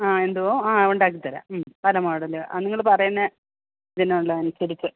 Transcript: ആ എന്തോ ഉണ്ടാക്കി തരാം പല മോഡല് ആ നിങ്ങൾ പറയുന്നത് ഇതിനുള്ളത് അനുസരിച്ചു